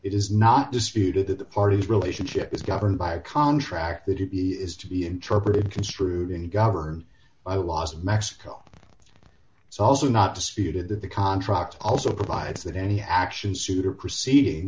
it is not disputed that the parties relationship is governed by a contract that it be is to be interpreted construed in the governed by laws of mexico it's also not disputed that the contract also provides that any action suit or proceeding